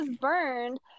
burned